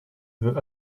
veut